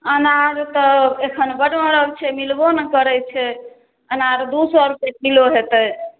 अनार तऽ एखन बड्ड महग छै मिलबो नहि करै छै अनार दू सए रुपैए किलो हेतै